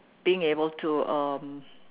being able to um